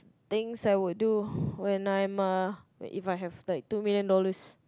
things I would do when I'm a If I have like two million dollars